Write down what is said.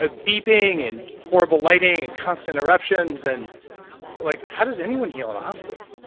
ah beeping and horrible lighting and constant interruptions. and like how does anyone heal in a hospital?